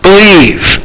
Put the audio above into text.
Believe